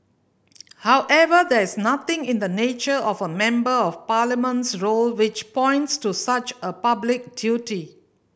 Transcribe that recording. however there is nothing in the nature of a Member of Parliament's role which points to such a public duty